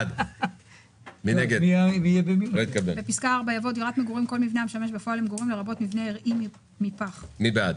דירות התא המשפחתי, כלומר אם מי שנותן את